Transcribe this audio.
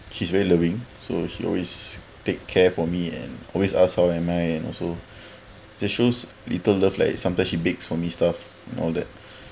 she's very loving so she always take care for me and always ask how am I and also that shows little love like sometimes she bakes for me stuff you know